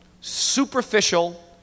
superficial